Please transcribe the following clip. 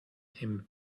him